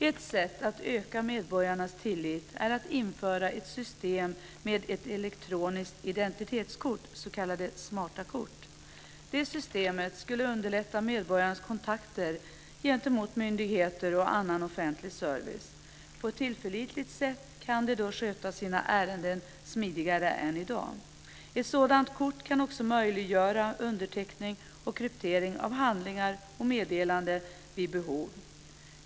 Ett sätt att öka medborgarnas tillit är att införa ett system med elektroniska identitetskort, s.k. smarta kort. Det systemet skulle underlätta medborgarnas kontakter med myndigheter och andra offentliga servicegivare. På ett tillförlitligt sätt kan de då sköta sina ärenden smidigare än i dag. Användning av ett sådant kort kan också möjliggöra underteckning och vid behov kryptering av handlingar och meddelanden.